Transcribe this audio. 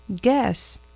Guess